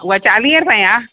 उहा चालीह रुपए आहे